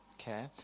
okay